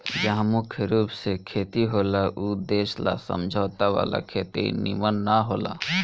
जहा मुख्य रूप से खेती होला ऊ देश ला समझौता वाला खेती निमन न होला